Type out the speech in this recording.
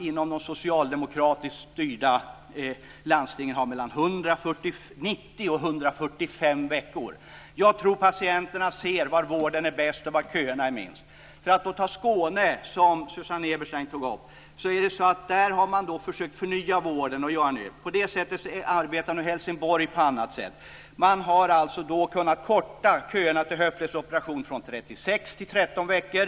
I de socialdemokratiskt styrda landstingen har man väntetider på 90-145 veckor. Jag tror att patienterna ser var vården är bäst och var köerna är kortast. I Skåne, som Susanne Eberstein tog upp, har man försökt att förnya vården. Nu arbetar man i Helsingborg på annat sätt. Man har kunnat korta köerna till höftledsoperation från 36 veckor till 13 veckor.